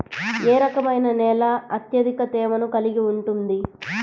ఏ రకమైన నేల అత్యధిక తేమను కలిగి ఉంటుంది?